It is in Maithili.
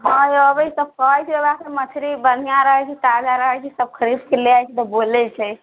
हँ अबै तऽ मछरी बढिआ रहै छै ताजा रहै छै तब खरीद कऽ लए जाय छै तब बोलय छै